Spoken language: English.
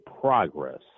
progress